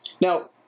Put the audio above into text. now